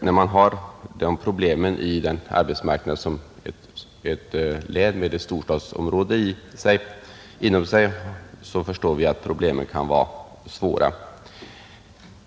När man har sådana problem på den arbetsmarknad som ett län med ett storstadsområde inom sig erbjuder förstår vi att problemen kan vara stora.